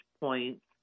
points